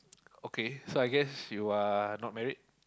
okay so I guess you are not married